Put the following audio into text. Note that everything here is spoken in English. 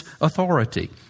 authority